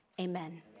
Amen